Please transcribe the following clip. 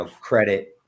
credit